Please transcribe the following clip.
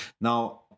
Now